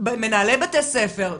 מנהלי בתי ספר.